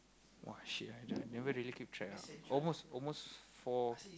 !wah! shit I never really keep track ah almost almost four